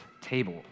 table